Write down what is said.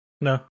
no